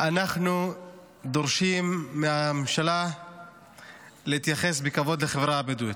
אנחנו דורשים מהממשלה להתייחס בכבוד לחברה הבדואית.